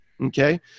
Okay